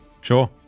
Sure